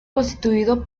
constituido